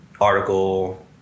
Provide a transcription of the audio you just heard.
article